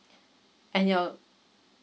and your